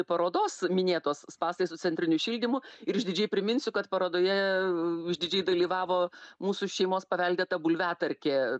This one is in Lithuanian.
parodos minėtos spąstai su centriniu šildymu ir išdidžiai priminsiu kad parodoje išdidžiai dalyvavo mūsų šeimos paveldėta bulviatarkė